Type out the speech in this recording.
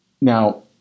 Now